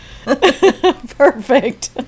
perfect